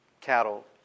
cattle